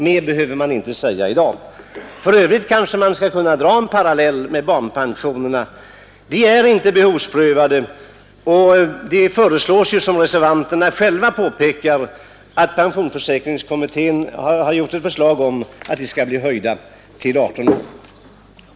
Mer behöver man inte säga i dag. Man kan för övrigt kanske dra en parallell med barnpensionerna. Dessa är inte behovsprövade, och pensionsförsäkringskommittén har, som reservanterna själva påpekar, utarbetat ett förslag om att åldersgränsen här skall höjas till 18 år.